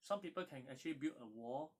some people can actually build a wall